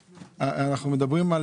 אנחנו מדברים על